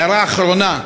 הערה אחרונה: